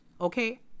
okay